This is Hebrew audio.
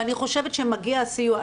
ואני חושבת שמגיע הסיוע.